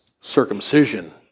circumcision